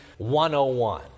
101